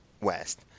West